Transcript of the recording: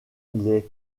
les